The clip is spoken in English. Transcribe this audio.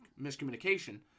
miscommunication